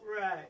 Right